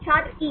छात्र ई